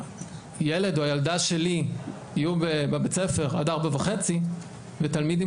שהילד או הילדה שלי יהיו בבית הספר עד 16:30 ותלמיד עם